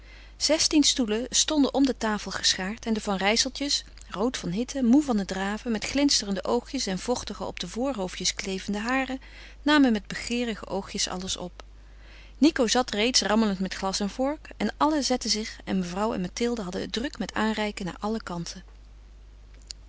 zestien stoelen stonden om de tafel geschaard en de van rijsseltjes rood van hitte moe van het draven met glinsterende oogjes en vochtige op de voorhoofdjes klevende haren namen met begeerige oogjes alles op nico zat reeds rammelend met glas en vork en allen zetten zich en mevrouw en mathilde hadden het druk met aanreiken naar alle kanten